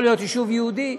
יכול להיות יישוב יהודי.